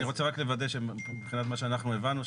אני רוצה רק לוודא מבחינת מה שאנחנו הבנו,